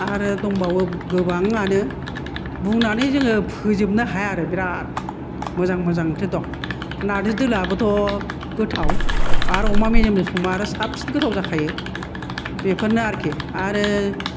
आरो दंबावो गोबांआनो बुंनानै जोङो फोजोबनो हाया आरो बिराद मोजां मोजां ओंख्रि दं नारजि दोलोआबोथ' गोथाव आरो अमा मेजेमजों संबा आरो साबसिन गोथाव जाखायो बेफोरनो आरोखि आरो